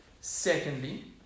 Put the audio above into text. Secondly